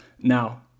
Now